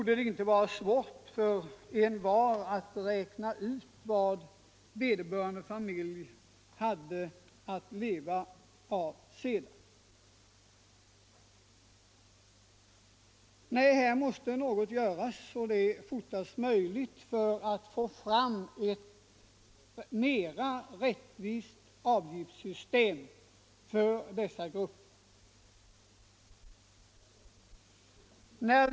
Envar kan lätt räkna ut vad vederbörande och hans familj hade att leva av sedan. Nej, här måste något göras och det fortast möjligt för att få fram ett mera rättvist avgiftssystem för dessa grupper.